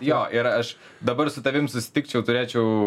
jo ir aš dabar su tavimi susitikčiau turėčiau